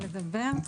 כאמור,